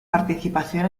participación